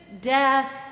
death